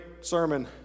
sermon